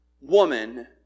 woman